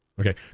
Okay